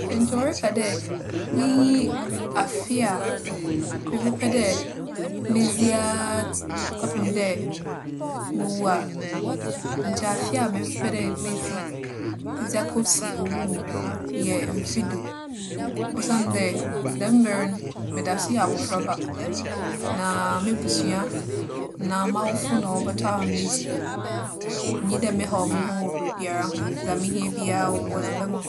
Sɛ nkyɛ wͻreka dɛ minyi afe a mebɛpɛ dɛ medzi ara t - kͻpem dɛ mowu a, nkyɛ afe a mebɛpɛ dɛ medzi dze akosi owu mu yɛ mfe du. Osiandɛ, dɛm ber no, medaso yɛ abofraba. Na m'ebusua anaa m'awofo na wͻbͻtͻ ama medzi. Onnyi dɛ mehaw moho wͻ biribiara ho. Dza mihia biara, wͻ - wͻdze bɛma me.